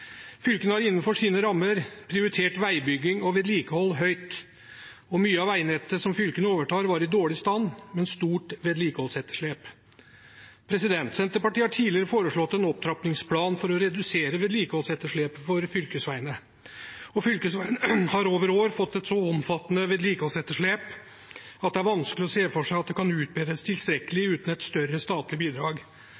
Fylkene har innenfor sine rammer prioritert veibygging og vedlikehold høyt, og mye av veinettet som fylkene overtar, var i dårlig stand, med stort vedlikeholdsetterslep. Senterpartiet har tidligere foreslått en opptrappingsplan for å redusere vedlikeholdsetterslepet for fylkesveiene, og fylkesveiene har over år fått et så omfattende vedlikeholdsetterslep at det er vanskelig å se for seg at det kan utbedres tilstrekkelig